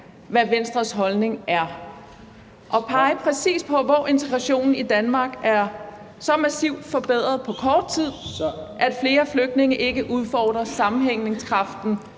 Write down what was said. hvad Venstres holdning er, og pege præcis på, hvor integrationen i Danmark er så massivt forbedret på kort tid, at flere flygtninge ikke udfordrer sammenhængskraften